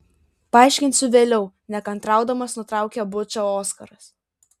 paaiškinsiu vėliau nekantraudamas nutraukė bučą oskaras